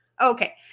Okay